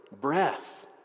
breath